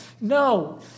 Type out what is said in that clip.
No